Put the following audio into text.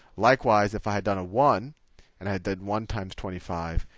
likewise, if i had done a one and i had done one tmes twenty five,